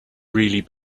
really